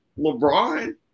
LeBron